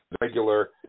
regular